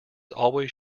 always